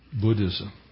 Buddhism